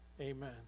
Amen